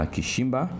Kishimba